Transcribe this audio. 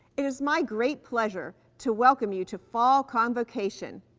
it is my great pleasure to welcome you to fall convocation.